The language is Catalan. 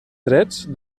drets